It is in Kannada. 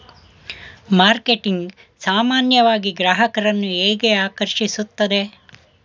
ಮಾರ್ಕೆಟಿಂಗ್ ಸಾಮಾನ್ಯವಾಗಿ ಗ್ರಾಹಕರನ್ನು ಹೇಗೆ ಆಕರ್ಷಿಸುತ್ತದೆ?